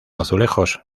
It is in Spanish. azulejos